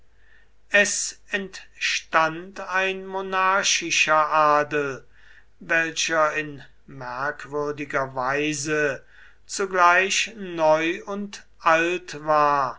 es entstand ein monarchischer adel welcher in merkwürdiger weise zugleich neu und alt war